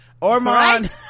Ormond